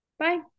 Bye